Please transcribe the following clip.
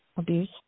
abuse